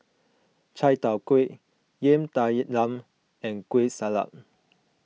Chai Tow Kway Yam Talam and Kueh Salat